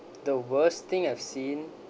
the worst thing I've seen